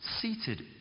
seated